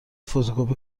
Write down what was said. فتوکپی